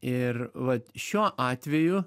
ir vat šiuo atveju